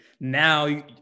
Now